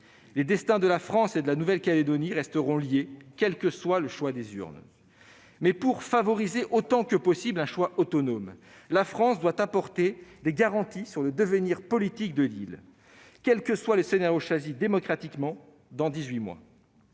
Les destins de la France et de la Nouvelle-Calédonie resteront liés, quel que soit le choix des urnes. Mais pour favoriser autant que possible un choix autonome, la France doit apporter des garanties sur le devenir politique de l'île, quel que soit le scénario choisi démocratiquement dans dix-huit